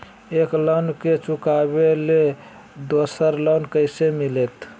एक लोन के चुकाबे ले दोसर लोन कैसे मिलते?